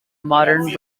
modern